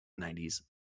90s